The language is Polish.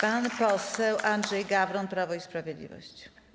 Pan poseł Andrzej Gawron, Prawo i Sprawiedliwość.